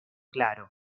claro